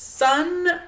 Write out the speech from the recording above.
Sun